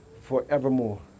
forevermore